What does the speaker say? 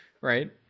right